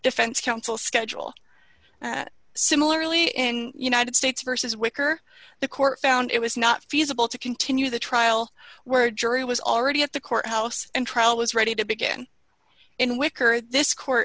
defense counsel schedule similarly in united states versus wicker the court found it was not feasible to continue the trial where jury was already at the courthouse and trial was ready to begin in wicker this court